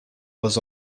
was